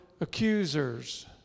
accusers